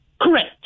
correct